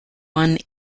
one